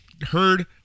heard